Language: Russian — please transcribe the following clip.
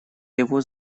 его